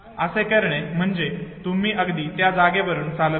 असे करणे म्हणजे तुम्ही अगदी त्या जागेवरुन चालत आहात